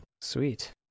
Sweet